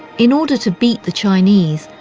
in order to beat the chinese,